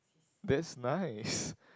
that's nice